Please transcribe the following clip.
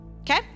okay